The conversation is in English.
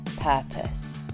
purpose